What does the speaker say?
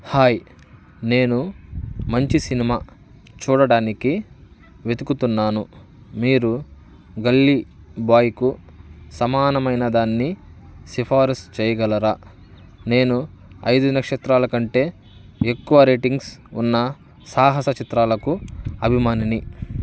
hi నేను మంచి cinema చూడటానికి వెతుకుతున్నాను మీరు గల్లీ బాయ్కు సమానమైనదాన్ని సిఫారస్ చేయగలరా నేను ఐదు నక్షత్రాల కంటే ఎక్కువ రేటింగ్స్ ఉన్న సాహస చిత్రాలకు అభిమానిని